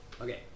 Okay